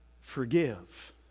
forgive